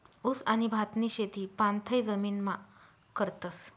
ऊस आणि भातनी शेती पाणथय जमीनमा करतस